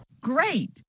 Great